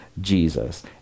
Jesus